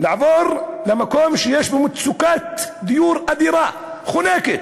לעבור למקום שיש בו מצוקת דיור אדירה, חונקת,